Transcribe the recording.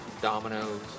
dominoes